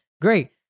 Great